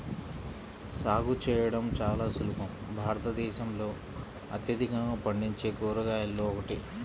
సాగు చేయడం చాలా సులభం భారతదేశంలో అత్యధికంగా పండించే కూరగాయలలో ఒకటి